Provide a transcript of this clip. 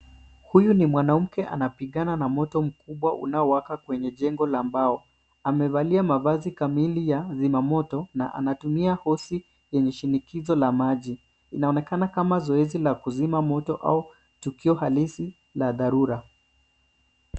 Huyu ni mwanamke anapigana na moto mkubwa unaowaka kwenye jengo la mbao . Amevalia mavazi kamili ya zima moto na anatumia hosi yenye shinikizo la maji. Linaonekana kama zoezi la kuzima moto au tukio gani umeweka tu halisi na dharura.